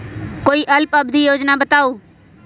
कोई अल्प अवधि योजना बताऊ?